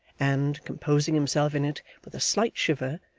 and, composing himself in it with a slight shiver,